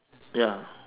ya